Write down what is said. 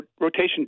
rotation